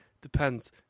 Depends